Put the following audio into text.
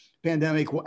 pandemic